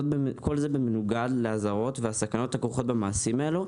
כל זה מנוגד לאזהרות ולסכנות הכרוכות במעשים הללו,